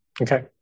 Okay